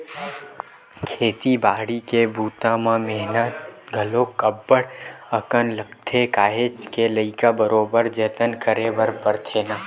खेती बाड़ी के बूता म मेहनत घलोक अब्ब्ड़ अकन लगथे काहेच के लइका बरोबर जतन करे बर परथे ना